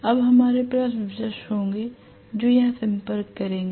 अब हमारे पास ब्रश होंगे जो यहां संपर्क करेंगे